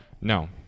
No